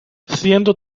siendo